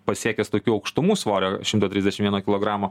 pasiekęs tokių aukštumų svorio šimto trisdešim vieno kilogramo